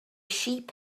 sheep